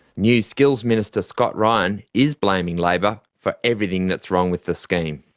new skills minister scott ryan is blaming labor for everything that's wrong with the scheme.